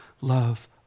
love